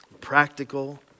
Practical